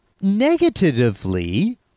negatively